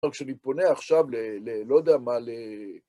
טוב, כשאני פונה עכשיו ל... לא יודע מה, ל...